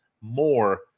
more